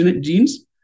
genes